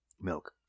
milk